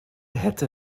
hätte